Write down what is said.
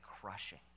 crushing